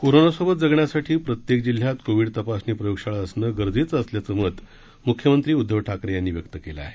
कोरोनासोबत जगण्यासाठी प्रत्येक जिल्ह्यात कोविड तपासणी प्रयोगशाळा असणं गरजेचं असल्याचं मत मृख्यमंत्री उद्धव ठाकरे यांनी व्यक्त केलं आहे